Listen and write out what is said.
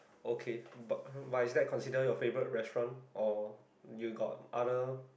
okay but but is that considered your favourite restaurant or you got other